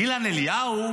אילן אליהו,